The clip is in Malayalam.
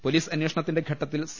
പൊലീസ് അന്വേഷണത്തിന്റെ ഘട്ടത്തിൽ സി